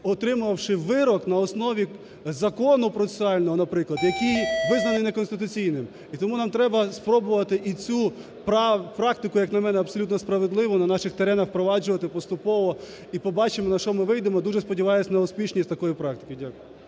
отримавши вирок на основі закону процесуального, наприклад, який визнаний не конституційним. І тому нам треба спробувати і цю практику, як на мене, абсолютно справедливо на наших теренах впроваджувати поступово. І побачимо, на що ми вийдемо, дуже сподіваюсь на успішність такої практики. Дякую.